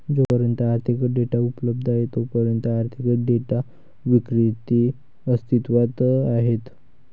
जोपर्यंत आर्थिक डेटा उपलब्ध आहे तोपर्यंत आर्थिक डेटा विक्रेते अस्तित्वात आहेत